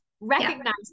recognize